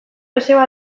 joseba